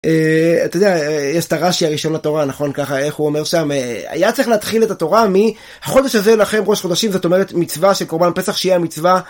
אה... אתה יודע, יש את הרש"י הראשון לתורה, נכון ככה, איך הוא אומר שם? אה... היה צריך להתחיל את התורה מ"חודש הזה לכם ראש חודשים", זאת אומרת מצווה שקרובה פסח שהיא המצווה...